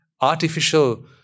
artificial